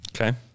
Okay